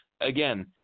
again